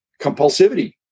compulsivity